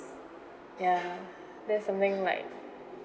ya that's something like